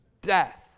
death